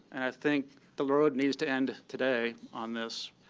and i think the road needs to end today on this.